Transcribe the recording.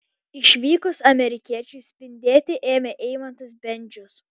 išvykus amerikiečiui spindėti ėmė eimantas bendžius